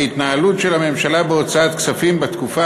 והתנהלות של הממשלה בהוצאת כספים בתקופה